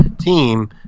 team